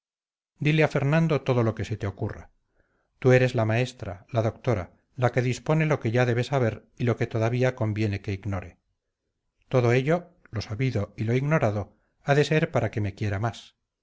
dile a fernando todo lo que se te ocurra tú eres la maestra la doctora la que dispone lo que ya debe saber y lo que todavía conviene que ignore todo ello lo sabido y lo ignorado ha de ser para que me quiera más